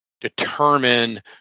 determine